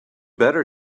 better